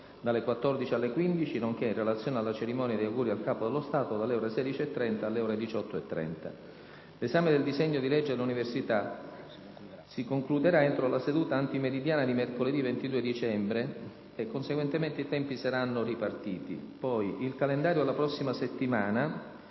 alle ore 15, nonché, in relazione alla cerimonia di auguri al Capo dello Stato, dalle ore 16,30 alle ore 18,30. L'esame del disegno di legge sull'università si concluderà entro la seduta antimeridiana di mercoledì 22 dicembre e conseguentemente i tempi saranno ripartiti. Il calendario della prossima settimana